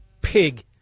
pig